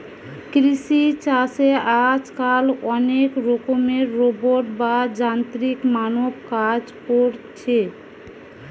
কৃষি চাষে আজকাল অনেক রকমের রোবট বা যান্ত্রিক মানব কাজ কোরছে